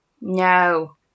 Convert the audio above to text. no